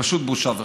פשוט בושה וחרפה.